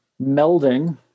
melding